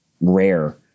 rare